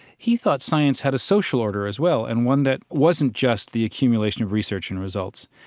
he thought science had a social order as well, and one that wasn't just the accumulation of research and results.